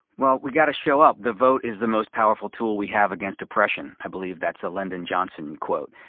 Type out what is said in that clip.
well, we've got to show up. the vote is the most powerful tool we have against oppression. i believe that's a lyndon johnson quote.